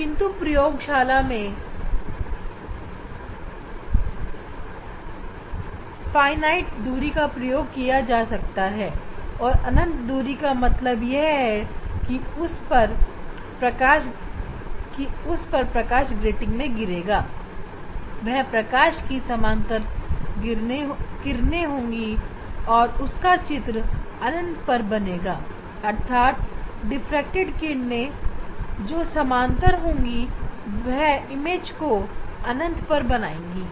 किंतु प्रयोगशाला में सीमित दूरी होती है और इस प्रयोग के लिए हमें अनंत दूरी चाहिए और अनंत दूरी होने पर ग्रेटिंग पड़ने वाला प्रकाश समानांतर किरण वाला होगा और उसका चित्र अनंत पर बनेगा अर्थात डिफ्रैक्टेड किरणें जो समानांतर होंगी वह इमेज को अनंत पर बनाएँगे